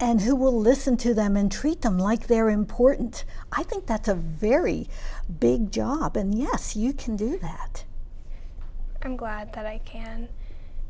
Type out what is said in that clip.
and who will listen to them and treat them like they're important i think that's a very big job and yes you can do that from god that i can